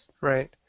Right